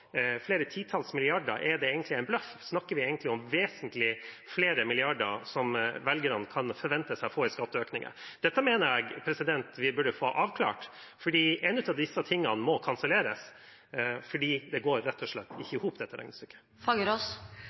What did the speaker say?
flere titalls milliarder, egentlig en bløff? Snakker vi egentlig om vesentlig flere milliarder som velgerne kan forvente seg å få i skatteøkninger? Dette mener jeg vi burde få avklart. En av disse tingene må kanselleres, fordi det går rett og slett ikke i